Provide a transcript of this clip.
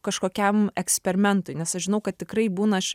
kažkokiam eksperimentui nes aš žinau kad tikrai būna aš